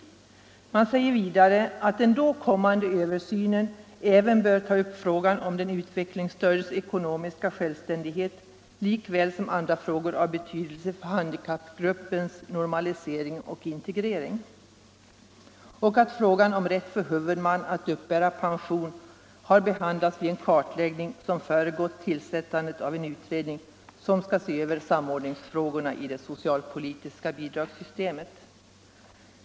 Utskottet säger vidare att den då kommande översynen även bör ta upp frågan om den utvecklingsstördes ekonomiska självständighet lika väl som andra frågor av betydelse för handikappgruppens normalisering och integrering. Vidare påpekas att frågan om rätt för huvudman att uppbära pension för dem som är intagna på institutioner har behandlats vid den kartläggning som föregått tillsättandet av den utredning som skall se över samordningsfrågorna i det socialpolitiska bidragssystemet.